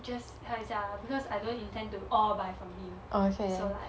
just hear 一下 because I don't intend to all buy from him so like